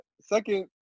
second